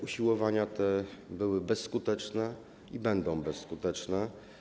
Usiłowania te były bezskuteczne i będą bezskuteczne.